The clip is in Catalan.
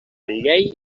llei